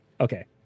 Okay